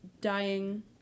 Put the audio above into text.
dying